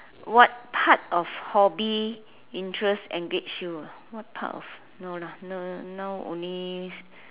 what part of hobby interests engage you what part of no lah now only